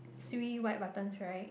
three white buttons right